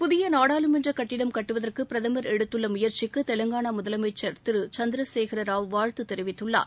புதிய நாடாளுமன்ற கட்டிடம் கட்டுவதற்கு பிரதம் எடுத்துள்ள முயற்சிக்கு தெலங்கானா முதலமைச்சர் திரு சந்திரசேகர ராவ் வாழ்த்து தெரிவித்துள்ளார்